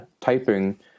typing